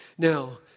Now